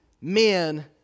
men